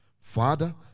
Father